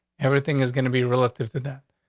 everything is gonna be related to that.